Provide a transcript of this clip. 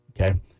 Okay